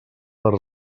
per